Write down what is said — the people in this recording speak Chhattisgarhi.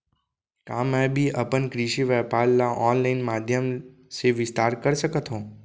का मैं भी अपन कृषि व्यापार ल ऑनलाइन माधयम से विस्तार कर सकत हो?